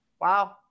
Wow